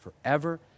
forever